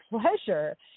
pleasure